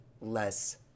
less